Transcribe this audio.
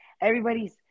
everybody's